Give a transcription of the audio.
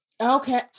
okay